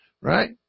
Right